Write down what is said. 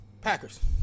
Packers